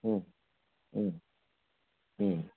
ಹ್ಞ್ ಹ್ಞ್ ಹ್ಞ್